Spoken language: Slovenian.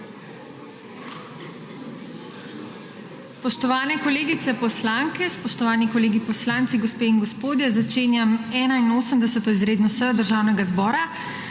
Spoštovane kolegice poslanke, spoštovani kolegi poslanci, gospe in gospodje! Začenjam 81. izredno sejo Državnega zbora,